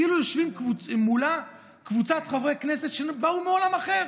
כאילו יושבים מולה קבוצת חברי כנסת שבאו מעולם אחר.